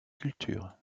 culture